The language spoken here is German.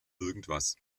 irgendwas